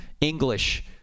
English